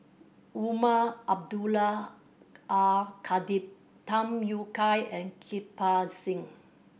Umar Abdullah Al Khatib Tham Yui Kai and Kirpal Singh